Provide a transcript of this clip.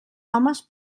homes